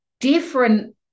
different